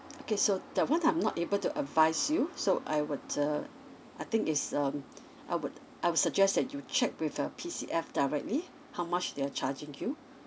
okay so that one I'm not able to advise you so I would uh I think is um I would I would suggest that you check with a P C F directly how much they are charging you